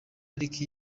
pariki